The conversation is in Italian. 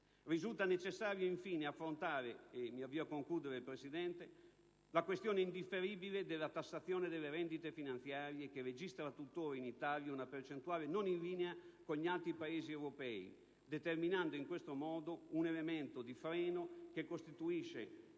Risulta necessario inoltre affrontare - e mi avvio a concludere, Presidente - la questione indifferibile della tassazione delle rendite finanziarie, che registra tuttora in Italia una percentuale non in linea con gli altri Paesi europei, determinando in questo modo un elemento di freno che costituisce